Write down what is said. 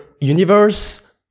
universe